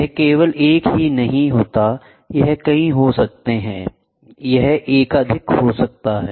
यह केवल एक ही नहीं होता यह कई हो सकते है यह एकाधिक हो सकता है